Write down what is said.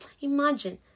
Imagine